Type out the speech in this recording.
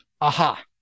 Aha